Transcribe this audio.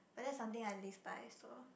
but that's something I live by so